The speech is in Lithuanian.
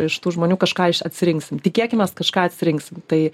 iš tų žmonių kažką aš atsirinksim tikėkimės kažką atsirinksim tai